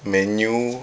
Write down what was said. man U